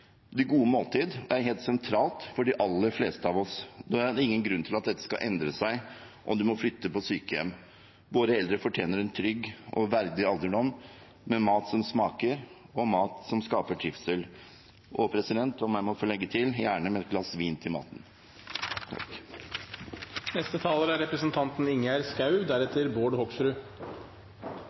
Det gode måltid er helt sentralt for de aller fleste av oss, og det er ingen grunn til at dette skal endre seg om man må flytte på sykehjem. Våre eldre fortjener en trygg og verdig alderdom med mat som smaker og skaper trivsel, og – om jeg må få legge til – gjerne med et glass vin til.